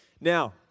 Now